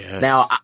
Now